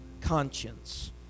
conscience